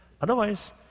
Otherwise